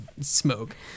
smoke